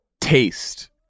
taste